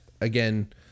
again